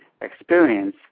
experience